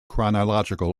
chronological